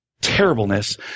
terribleness